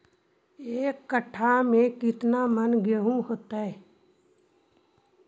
एक कट्ठा में केतना मन गेहूं होतै?